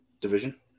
division